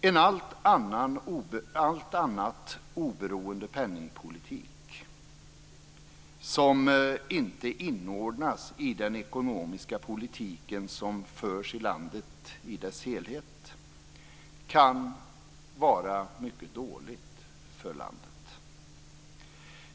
En allt annat oberoende penningpolitik som inte inordnas i den ekonomiska politik som förs i landet i dess helhet kan vara mycket dålig för landet.